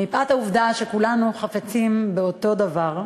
מכיוון שכולנו חפצים באותו דבר,